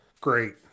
Great